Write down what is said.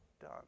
done